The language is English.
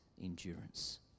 endurance